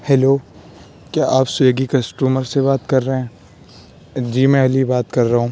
hello کیا آپ Swiggy customer سے بات کر رہے ہیں جی میں علی بات کر رہا ہوں